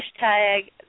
hashtag